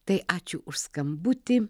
tai ačiū už skambutį